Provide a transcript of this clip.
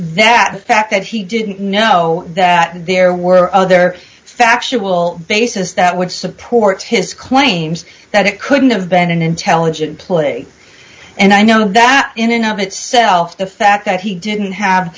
the fact that he didn't know that there were other factual basis that would support his claims that it couldn't have been an intelligent play and i know that in an out itself the fact that he didn't have